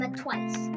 twice